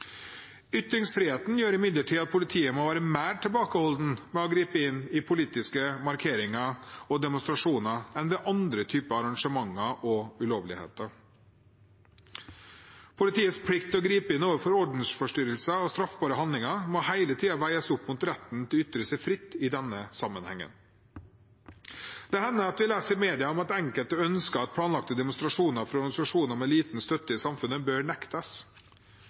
Ytringsfriheten gjør imidlertid at politiet må være mer tilbakeholdne med å gripe inn i politiske markeringer og demonstrasjoner enn ved andre typer arrangementer og ulovligheter. Politiets plikt til å gripe inn på bakgrunn av ordensforstyrrelser og straffbare handlinger må hele tiden veies opp mot retten til å ytre seg fritt i denne sammenhengen. Det hender at vi leser i media at enkelte ønsker at planlagte demonstrasjoner for organisasjoner med liten støtte i samfunnet bør nektes.